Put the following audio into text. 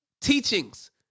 teachings